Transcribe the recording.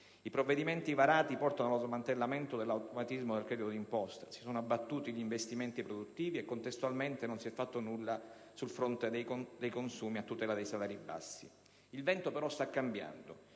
I provvedimenti varati portano allo smantellamento dell'automatismo del credito d'imposta; si sono abbattuti gli investimenti produttivi e contestualmente non si è fatto nulla sul fronte dei consumi a tutela dei salari bassi. Il vento però sta cambiando: